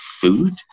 food